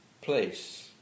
place